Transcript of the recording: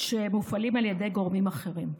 המופעלים על ידי גורמים אחרים.